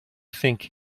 think